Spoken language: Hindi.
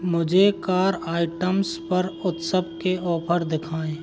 मुझे कार आइटम्स पर उत्सव के ऑफ़र दिखाएँ